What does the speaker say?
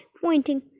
pointing